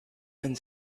and